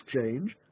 change